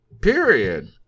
Period